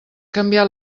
canviat